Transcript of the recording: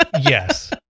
Yes